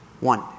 One